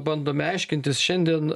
bandome aiškintis šiandien